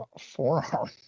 forearm